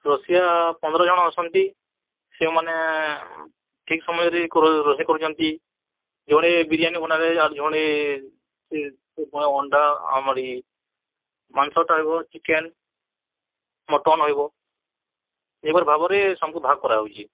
ରୋଷେୟା ପନ୍ଦର ଜଣ ଅଛନ୍ତି ସେଇମାନେ ଠିକ୍ ସମୟରେ ରୋଷେଇ କରୁଛନ୍ତି ଜଣେ ବିରିୟାନୀ ବନାଲେ ଆଉ ଜଣେ ସେ ସେ ପୁଣି ଅଣ୍ଡା ଆମରି ମାଂସଟା ହେବ ଚିକେନ୍ ମଟନ୍ ହେବ ଏହିପରି ଭାବରେ ସମକୁ ଭାଗ କର ହଉଛି